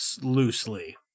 loosely